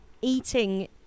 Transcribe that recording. eating